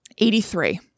83